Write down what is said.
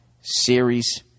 series